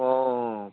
অঁ